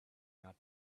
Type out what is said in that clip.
not